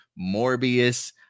Morbius